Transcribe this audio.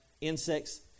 insects